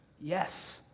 Yes